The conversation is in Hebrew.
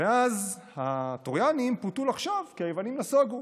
ואז הטרויאנים פותו לחשוב כי היוונים נסוגו